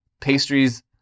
pastries